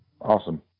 Awesome